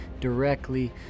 directly